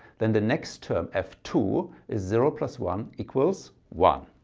then the next term f two is zero plus one equals one.